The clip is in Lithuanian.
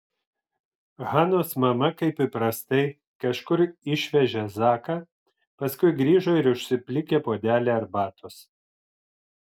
hanos mama kaip įprastai kažkur išvežė zaką paskui grįžo ir užsiplikė puodelį arbatos